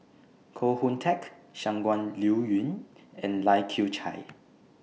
Koh Hoon Teck Shangguan Liuyun and Lai Kew Chai